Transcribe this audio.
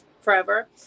forever